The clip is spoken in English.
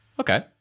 Okay